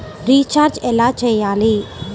Recharge ఎలా చెయ్యాలి?